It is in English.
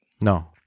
No